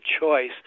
choice